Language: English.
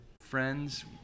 friends